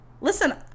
listen